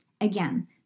Again